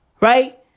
Right